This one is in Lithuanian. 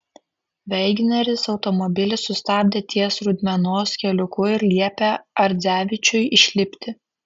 veigneris automobilį sustabdė ties rudmenos keliuku ir liepė ardzevičiui išlipti